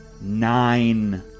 Nine